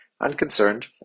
Unconcerned